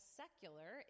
secular